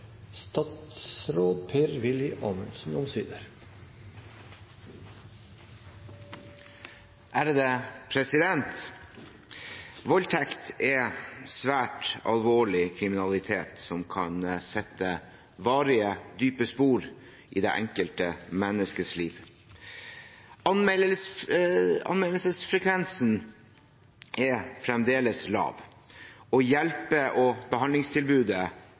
Voldtekt er svært alvorlig kriminalitet som kan sette varige, dype spor i det enkelte menneskes liv. Anmeldelsesfrekvensen er fremdeles lav, og hjelpe- og behandlingstilbudet